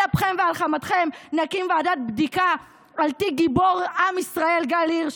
על אפכם ועל חמתכם נקים ועדת בדיקה על תיק גיבור עם ישראל גל הירש,